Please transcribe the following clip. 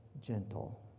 gentle